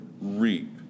reap